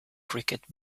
cricket